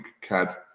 cad